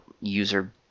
user